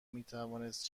میتوانست